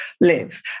live